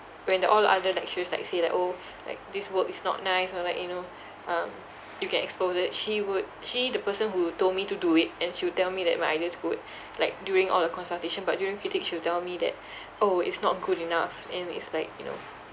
when the all other lecturers like say like orh like this work is not nice or like you know um you get exploded she would she the person who told me to do it and she will tell me that my idea is good like during all the consultation but during critic she will tell me that orh it's not good enough and it's like you know